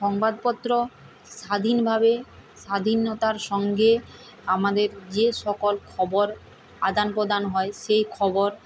সংবাদপত্র স্বাধীনভাবে স্বাধীনতার সঙ্গে আমাদের যে সকল খবর আদান প্রদান হয় সেই খবর